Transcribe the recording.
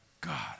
God